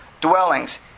dwellings